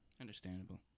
understandable